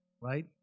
right